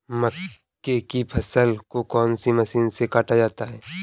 मक्के की फसल को कौन सी मशीन से काटा जाता है?